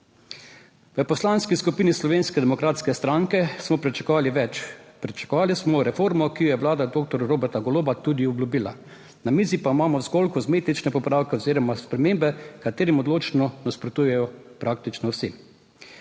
V Poslanski skupini Slovenske demokratske stranke smo pričakovali več. Pričakovali smo reformo, ki jo je Vlada doktorja Roberta Goloba tudi obljubila. Na mizi pa imamo zgolj kozmetične popravke oziroma spremembe, katerim odločno nasprotujejo praktično vsi.